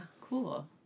Cool